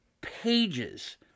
pages